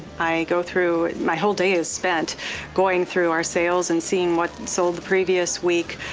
i go through my whole day is spent going through our sales and seeing what and sold the previous week.